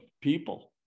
people